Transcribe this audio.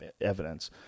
evidence